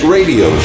Radio